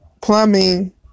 plumbing